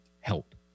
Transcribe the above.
help